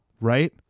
Right